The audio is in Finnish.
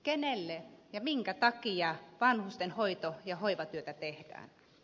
kenelle ja minkä takia vanhusten hoito ja hoivatyötä tehdään